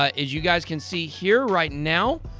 ah as you guys can see here right now,